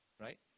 right